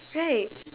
right